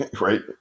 right